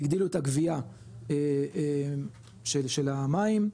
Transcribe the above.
הגדילו את הגבייה של המים,